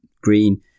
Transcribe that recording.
green